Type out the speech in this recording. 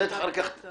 הסעיף.